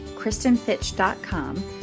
KristenFitch.com